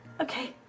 Okay